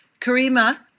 Karima